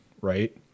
Right